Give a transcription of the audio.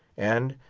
and,